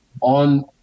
on